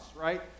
right